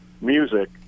music